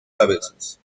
cabezas